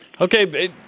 Okay